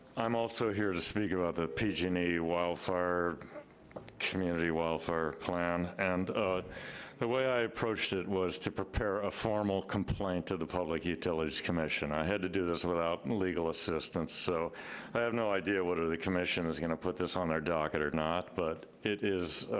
i'm also here to speak about the pg and e wildfire, community wildfire plan, and the way i approached it was to prepare a formal complaint to the public utilities commission. i had to do this without legal assistance, so i have no idea whether the commission is gonna put this on their docket or not, but it is,